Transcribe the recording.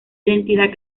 identidad